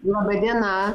laba diena